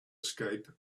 escape